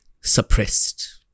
suppressed